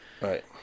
Right